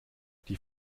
die